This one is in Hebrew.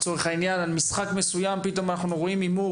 נניח ובמשחק מסוים אנחנו רואים הימור